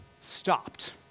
stopped